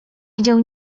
widział